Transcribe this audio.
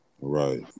Right